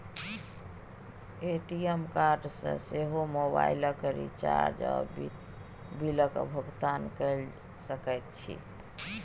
ATM card सँ सेहो मोबाइलक रिचार्ज आ बिलक भुगतान कए सकैत छी